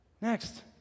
Next